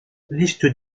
liste